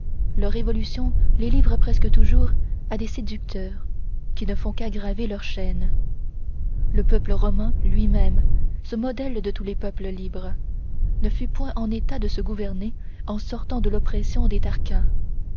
leurs révolutions les livrent presque toujours à des séducteurs qui ne font qu'aggraver leurs chaînes le peuple romain lui-même ce modèle de tous les peuples libres ne fut point en état de se gouverner en sortant de l'oppression des tarquins